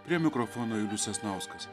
prie mikrofono julius sasnauskas